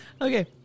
Okay